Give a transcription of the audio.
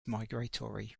migratory